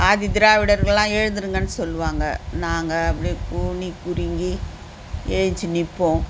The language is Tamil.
ஆதி திராவிடர்களெல்லாம் எழுந்திரிங்கன்னு சொல்லுவாங்க நாங்கள் அப்படியே கூனி குறுகி எழுந்ச்சி நிற்போம்